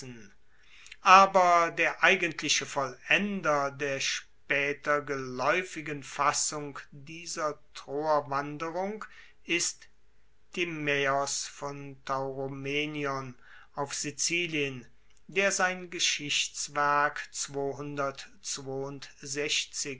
aber der eigentliche vollender der spaeter gelaeufigen fassung dieser troerwanderung ist timaeos von tauromenion auf sizilien der sein geschichtswerk